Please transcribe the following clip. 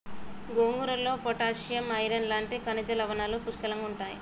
గోంగూరలో potassium, iron లాంటి ఖనిజ లవణాలు పుష్కలంగుంటాయి